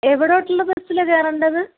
എവുടോട്ടുള്ള ബസ്സിലാണ് കയറേണ്ടത്